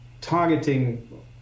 targeting